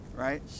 Right